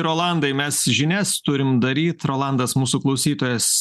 rolandai mes žinias turim daryt rolandas mūsų klausytojas